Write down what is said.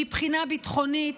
מבחינה ביטחונית,